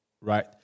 right